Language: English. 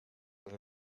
with